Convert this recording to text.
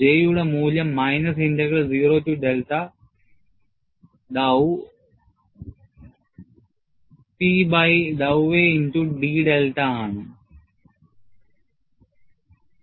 J യുടെ മൂല്യം ആണ്